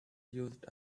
used